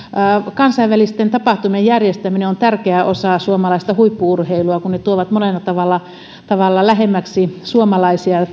kansainvälisten tapahtumien järjestäminen on tärkeä osa suomalaista huippu urheilua kun ne tuovat monella tavalla liikkumisen lähemmäksi suomalaisia